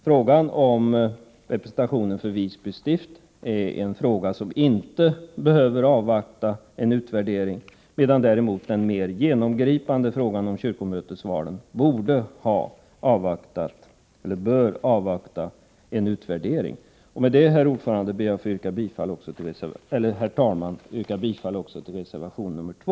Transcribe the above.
Frågan om representationen för Visby stift är en fråga som man inte behöver avvakta en utvärdering av. Däremot borde man beträffande den mer övergripande frågan om kyrkomötesvalen ha avvaktat en utvärdering. Herr talman! Med det anförda ber jag att få yrka bifall också till reservation 2.